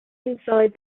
inside